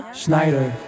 Schneider